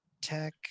tech